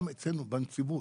גם אצלנו בנציבות,